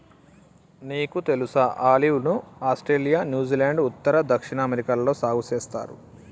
నీకు తెలుసా ఆలివ్ ను ఆస్ట్రేలియా, న్యూజిలాండ్, ఉత్తర, దక్షిణ అమెరికాలలో సాగు సేస్తారు